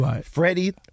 Freddie